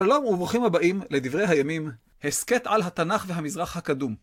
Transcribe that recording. שלום וברוכים הבאים לדברי הימים, הסכת על התנ״ך והמזרח הקדום.